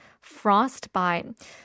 frostbite